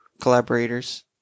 collaborators